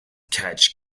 catch